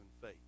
faith